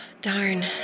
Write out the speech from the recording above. Darn